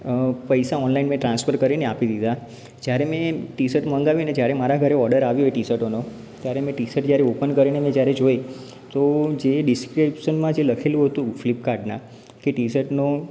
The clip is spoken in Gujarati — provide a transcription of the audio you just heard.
પૈસા ઑનલાઇન મેં ટ્રાન્સફર કરીને આપી દીધા જયારે મેં ટી શર્ટ મગાવી અને જયારે મારા ઘરે ઑર્ડર આવ્યો એ ટી શર્ટોનો ત્યારે મેં ટી શર્ટ જયારે ઓપન કરીને મેં જયારે જોઈ તો જે ડિસ્ક્રિપ્શનમાં જે લખેલું હતું ફ્લિપકાર્ટનાં કે ટી શર્ટનો